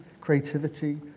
creativity